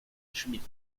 schmidt